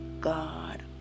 God